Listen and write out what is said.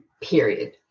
period